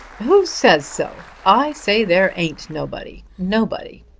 who says so? i say there ain't nobody nobody.